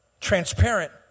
transparent